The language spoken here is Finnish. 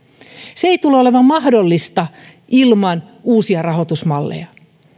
se ei tule olemaan mahdollista ilman uusia rahoitusmalleja